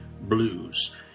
blues